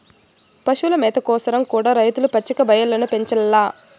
పశుల మేత కోసరం కూడా రైతులు పచ్చిక బయల్లను పెంచాల్ల